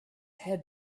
had